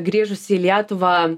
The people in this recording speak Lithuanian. grįžusi į lietuvą